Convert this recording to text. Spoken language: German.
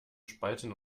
spalten